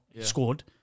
scored